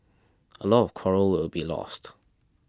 a lot of coral will be lost